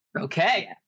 Okay